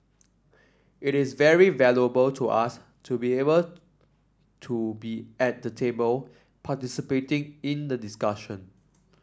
it is very valuable to us to be able to be at the table participating in the discussion